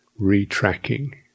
retracking